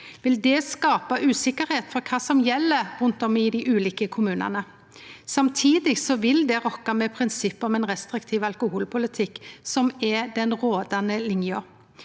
vil det skape uvisse om kva som gjeld rundt om i dei ulike kommunane. Samtidig vil det rokke ved prinsippet om ein restriktiv alkoholpolitikk, som er den rådande linja.